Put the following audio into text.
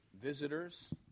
visitors